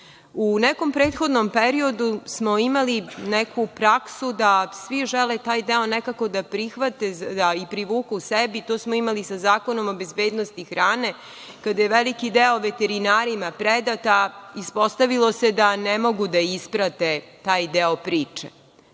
U nekom prethodnom periodu smo imali neku praksu da svi žele taj deo nekako da prihvate i privuku sebi, to smo imali i sa Zakonom o bezbednosti hrane, kada je veliki deo veterinarima predat, a ispostavilo se da ne mogu da isprate taj deo priče.